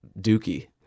Dookie